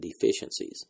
deficiencies